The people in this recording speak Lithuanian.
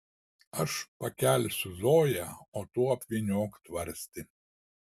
aš pakelsiu zoją o tu apvyniok tvarstį